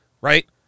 right